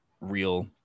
real